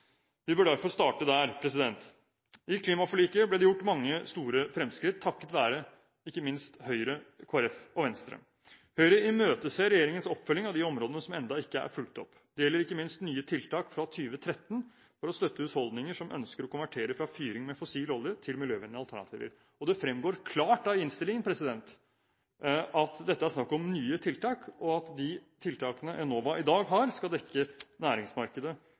Vi bør derfor starte der. I klimaforliket ble det gjort mange store fremskritt, takket være ikke minst Høyre, Kristelig Folkeparti og Venstre. Høyre imøteser regjeringens oppfølging av de områdene som ennå ikke er fulgt opp. Det gjelder ikke minst nye tiltak fra 2013 for å støtte husholdninger som ønsker å konvertere fra fyring med fossil olje til miljøvennlige alternativer. Det fremgår klart av innstillingen at det er nye tiltak det er snakk om her, og at de tiltakene Enova i dag har, skal dekke næringsmarkedet